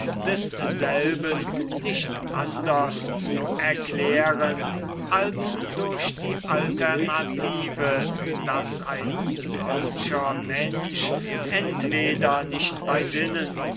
desselben nicht anders zu erklären als durch die alternative daß ein solcher mensch entweder nicht bei sinnen